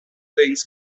things